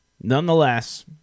nonetheless